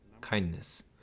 kindness